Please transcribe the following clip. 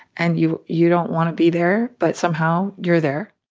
and you you don't want to be there, but somehow, you're there